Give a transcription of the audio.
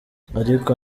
ariko